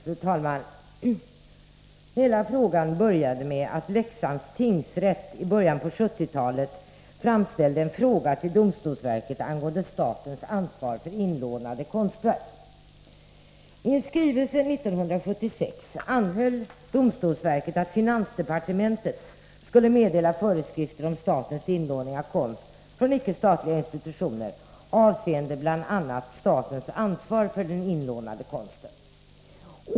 Fru talman! Hela ärendet började med att Leksands tingsrätt i början av 1970-talet framställde en fråga till domstolsverket angående statens ansvar för inlånade konstverk. I en skrivelse 1976 anhöll domstolsverket att finansdepartementet skulle meddela föreskrifter om statens inlåning av konst från icke statliga institutioner avseende bl.a. statens ansvar för den inlånade konsten.